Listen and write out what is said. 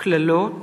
קללות,